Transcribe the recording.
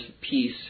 peace